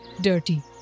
dirty